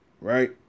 right